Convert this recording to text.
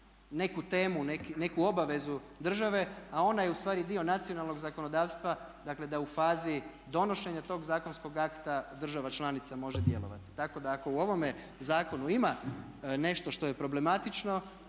neku temu, neku obavezu države, a ona je u stvari dio nacionalnog zakonodavstva dakle da u fazi donošenja tog zakonskog akta država članica može djelovati. Tako da u ovome zakonu ima nešto što je problematično